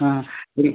ಹಾಂ ಇರಲಿ